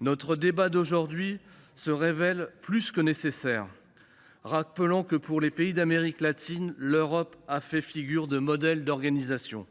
Notre débat d’aujourd’hui est plus que nécessaire. Rappelons que, pour les pays d’Amérique latine, l’Europe a fait figure de modèle d’organisation.